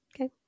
okay